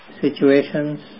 situations